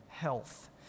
health